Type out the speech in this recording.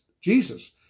Jesus